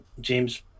James